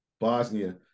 bosnia